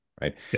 right